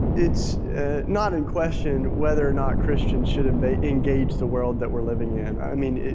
it's not in question whether or not christians should engage engage the world that we're living in. i mean,